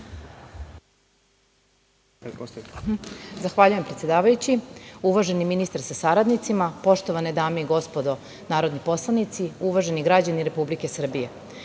Zahvaljujem, predsedavajući. Uvaženi ministre sa saradnicima, poštovane dame i gospodo narodni poslanici, uvaženi građani Republike Srbije,